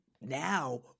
Now